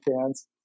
fans